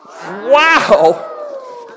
wow